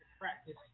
practice